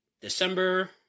December